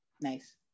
Nice